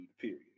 period